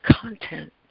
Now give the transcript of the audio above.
content